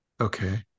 Okay